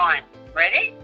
Ready